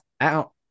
out